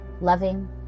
loving